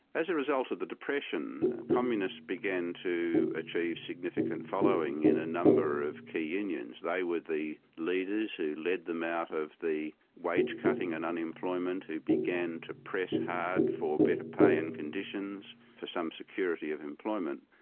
as a result of the depression, communists began to achieve significant following in a number of key unions. they were the leaders who led them out of the wage cutting and unemployment, who began to press hard for better pay and conditions, for some security of employment,